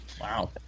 Wow